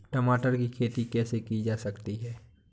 टमाटर की खेती कैसे की जा सकती है?